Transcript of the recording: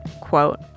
quote